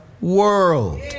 world